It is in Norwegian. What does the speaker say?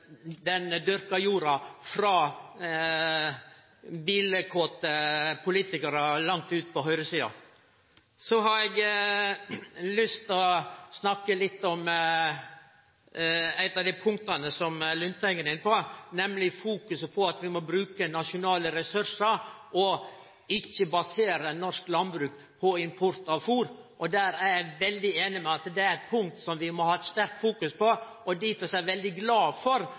den dyrka jorda frå bilkåte politikarar langt ute på høgresida. Så har eg lyst til å snakke litt om eit av dei punkta som Lundteigen var inne på, nemleg at vi må bruke nasjonale ressursar og ikkje basere norsk landbruk på import av fôr. Eg er einig i at det er eit punkt vi må ha sterkt fokus på. Derfor er eg veldig glad for